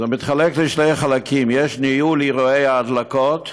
זה מתחלק לשני חלקים: יש ניהול אירועי ההדלקות,